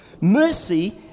mercy